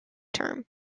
term